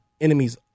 enemies